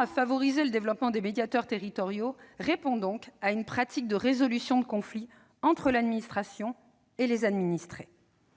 objet de favoriser le développement des médiateurs territoriaux répond donc à une pratique de résolution de conflits entre l'administration et les administrés.